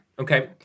Okay